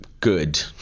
Good